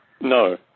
No